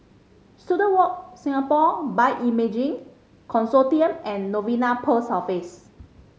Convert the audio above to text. Student Walk Singapore Bioimaging Consortium and Novena Post Office